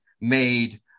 made